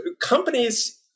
Companies